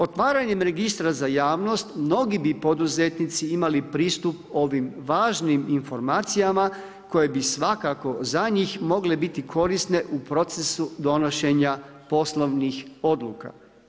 Otvaranjem registra za javnost mnogi bi poduzetnici imali pristup ovim važnim informacijama koje bi svakako za njih mogle biti korisne u procesu donošenja poslovnih odluka.